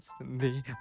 Instantly